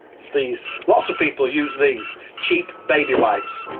it's these. lots of people use these, cheap baby wipes.